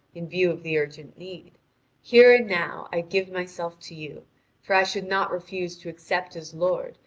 in view of the urgent need here and now i give myself to you for i should not refuse to accept as lord,